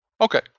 Okay